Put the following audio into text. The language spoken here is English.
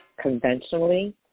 conventionally